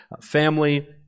family